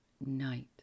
night